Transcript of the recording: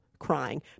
crying